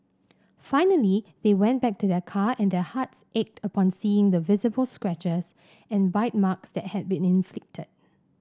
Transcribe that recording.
finally they went back to their car and their hearts ached upon seeing the visible scratches and bite marks that had been inflicted